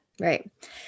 Right